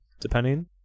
depending